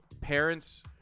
Parents